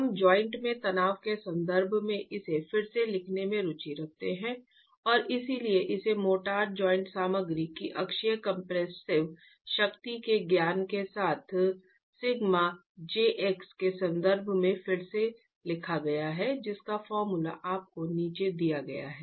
हम जॉइंट में तनाव के संदर्भ में इसे फिर से लिखने में रुचि रखते हैं और इसलिए इसे मोर्टार जॉइंट सामग्री की अक्षीय कंप्रेसिव शक्ति के ज्ञान के साथ σ jx के संदर्भ में फिर से लिखा गया है